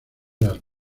las